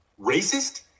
racist